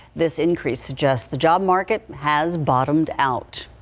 this increase just the job market has bottomed out.